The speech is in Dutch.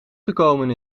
gekomen